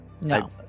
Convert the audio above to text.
no